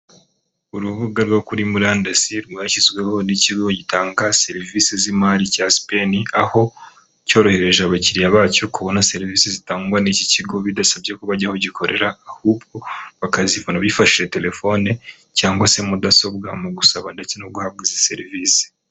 Urubuga rwo kuri murandasi rwashyizweho n'ikigo gitanga serivisi z'imari cya sipeni aho cyorohereje abakiriya bacyo kubona serivisi zitangwa n'iki kigo bidasabye ko bajya aho gikorera ahubwo bakazibona bifashishije telefoni cyangwa se mudasobwa mu gusaba ndetse no guhabwa izi serivisi.